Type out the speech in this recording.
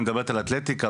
היא מדברת על אתלטיקה,